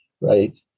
right